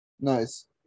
Nice